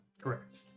Correct